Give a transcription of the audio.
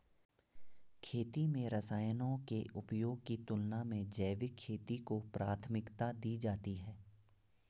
खेती में रसायनों के उपयोग की तुलना में जैविक खेती को प्राथमिकता दी जाती है